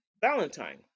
Valentine